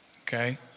Okay